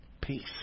Peace